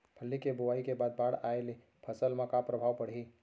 फल्ली के बोआई के बाद बाढ़ आये ले फसल मा का प्रभाव पड़ही?